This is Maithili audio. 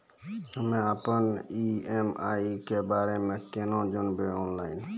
हम्मे अपन ई.एम.आई के बारे मे कूना जानबै, ऑनलाइन?